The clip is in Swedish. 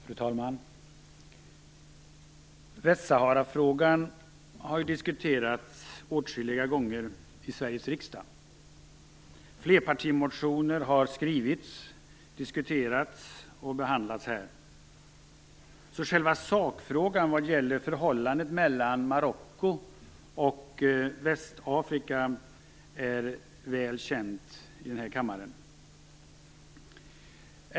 Fru talman! Västsaharafrågan har diskuterats åtskilliga gånger i Sveriges riksdag. Flerpartimotioner har skrivits, diskuterats och behandlats, så själva sakfrågan vad gäller förhållandet mellan Marocko och Västafrika är väl känd i denna kammare.